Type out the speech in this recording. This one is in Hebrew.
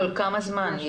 כל כמה זמן?